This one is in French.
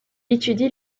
étudie